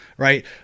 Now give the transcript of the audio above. Right